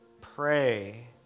pray